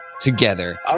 Together